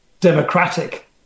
democratic